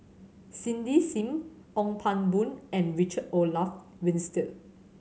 Cindy Sim Ong Pang Boon and Richard Olaf Winstedt